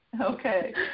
Okay